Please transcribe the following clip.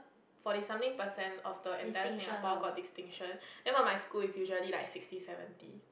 forty something percent of the entire Singapore Got distinction then for my school is usually sixty seventy